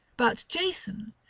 but jason,